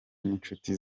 n’inshuti